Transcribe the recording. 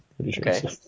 Okay